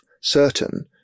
certain